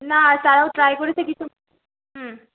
না তারাও ট্রাই করেছে কিছু হুম